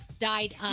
died